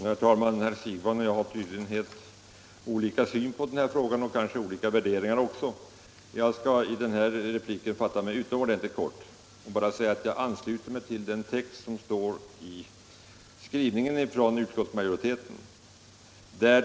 Herr talman! Herr Siegbahn och jag har tydligen helt olika syn på denna fråga och kanske även olika värderingar. Jag skall i denna replik fatta mig utomordentligt kort. Jag ansluter mig till texten i utskottsmajoritetens skrivning.